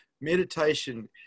Meditation